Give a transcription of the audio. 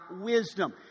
wisdom